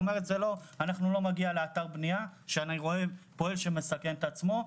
כשאני רואה פועל שמסכן את עצמו,